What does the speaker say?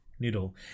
Noodle